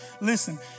Listen